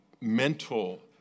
mental